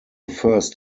first